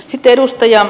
sitten ed